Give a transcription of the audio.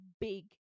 big